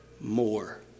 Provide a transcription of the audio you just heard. more